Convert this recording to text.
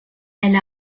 elle